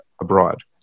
abroad